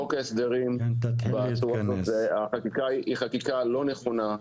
חוק ההסדרים היא חקיקה לא נכונה.